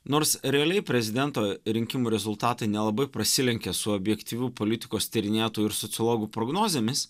nors realiai prezidento rinkimų rezultatai nelabai prasilenkia su objektyvių politikos tyrinėtojų ir sociologų prognozėmis